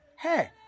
Hey